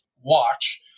watch